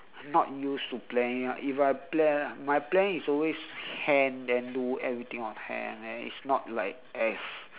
not used to planning ah if I plan my plan is always hand then do everything on hand then it's not like as